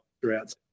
throughout